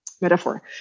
metaphor